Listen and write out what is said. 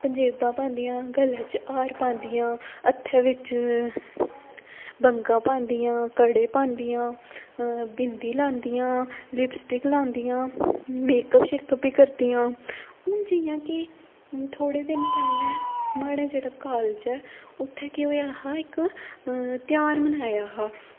पंजेबां पांदियां गले च हार पांदियां हत्थें बिच्च बंगां पांदियां कड़े पांदियां बिंदी लांदियां लिप्सटिक लांदियां मेकअप शेकअप बी करदियां हून जियां कि थोह्ड़े दिन पैह्ले म्हाड़ा जेह्ड़ा कालेज ऐ उत्थें केह् होए हा इक ध्यार मनाया हा